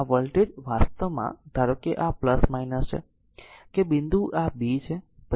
આ વોલ્ટેજ વાસ્તવમાં ધારો કે આ છે કે આ બિંદુ એ આ b છે પછી કંઈ નથી